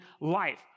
life